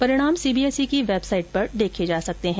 परिणाम सीबीएसई की वेबसाई पर देखे जा सकते हैं